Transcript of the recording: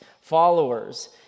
followers